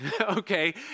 okay